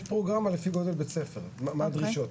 יש פרוגרמה לפי גודל בית-ספר, מה הדרישות.